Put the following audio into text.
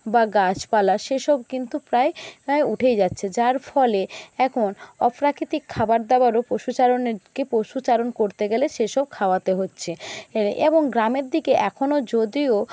বা গাছপালা সে সব কিন্তু প্রায় প্রায় উঠেই যাচ্ছে যার ফলে এখন অপ্রাকৃতিক খাবারদাবারও পশুচারণেরকে পশু চারণ করতে গেলে সে সব খাওয়াতে হচ্ছে এবং গ্রামের দিকে এখনও যদিও